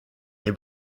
est